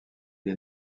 est